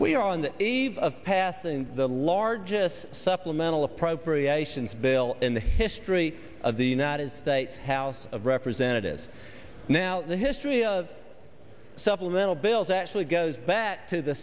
are on the eve of passing the largest supplemental appropriations bill in the history of the united states house of representatives now the history of supplemental bills actually goes back to the